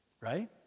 right